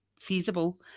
feasible